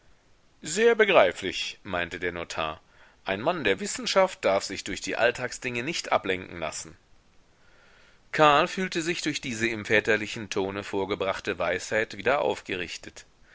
sehr begreiflich meinte der notar ein mann der wissenschaft darf sich durch die alltagsdinge nicht ablenken lassen karl fühlte sich durch diese im väterlichen tone vorgebrachte weisheit wieder aufgerichtet